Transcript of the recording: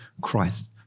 Christ